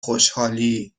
خوشحالییییی